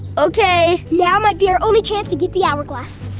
okay. now might be our only chance to get the hourglass.